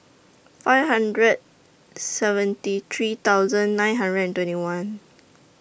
five hundred seventy three thousand nine hundred and twenty one